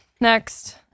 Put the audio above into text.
Next